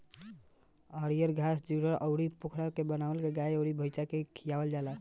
हरिअर घास जुठहर अउर पखेव बाना के गाय अउर भइस के खियावल जाला